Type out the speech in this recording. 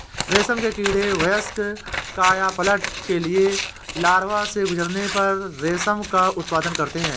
रेशम के कीड़े वयस्क कायापलट के लिए लार्वा से गुजरने पर रेशम का उत्पादन करते हैं